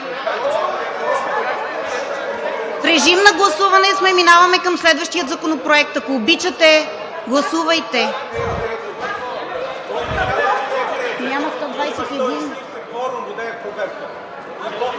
В режим на гласуване сме, минаваме към следващия законопроект. Ако обичате, гласувайте! (Народните